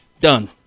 Done